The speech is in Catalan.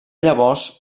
llavors